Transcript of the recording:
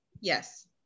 Yes